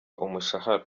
umushahara